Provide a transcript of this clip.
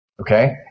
okay